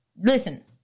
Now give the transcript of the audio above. listen